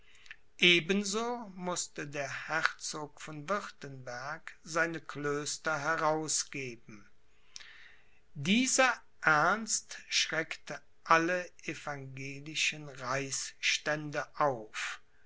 ebenso mußte der herzog von wirtenberg seine klöster herausgeben dieser ernst schreckte alle evangelischen reichsstände auf